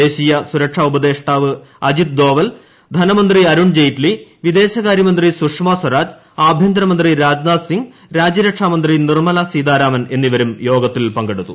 ദേശീയ സുരക്ഷാ ഉപദേഷ്ടാവ് അജിത് ദോവൽ ധനമന്ത്രി അരുൺ ജയ്റ്റിലി വിദേശകാര്യമന്ത്രി സുഷമ സ്വരാജ് ആഭ്യന്തരമന്ത്രി രാജ്നാഥ് സിംഗ് രാജ്യരക്ഷാമന്ത്രി നിർമ്മലാ സീതാരാമൻ എന്നിവരും യോഗത്തിൽ പങ്കെടുത്തു